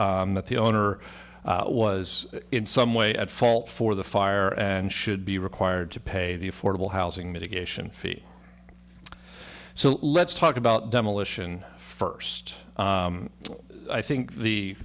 was that the owner was in some way at fault for the fire and should be required to pay the affordable housing mitigation fee so let's talk about demolition first i think the